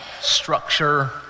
structure